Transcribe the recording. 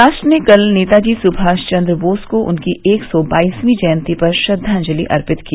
राष्ट्र ने कल नेताजी सुभाष चंद्र बोस को उनकी एक सौ बाइसवीं जयंती पर श्रद्वांजलि अर्पित किया